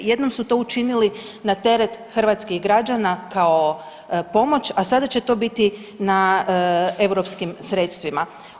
Jednom su to učinili na teret hrvatskih građana kao pomoć, a sada će to biti na europskim sredstvima.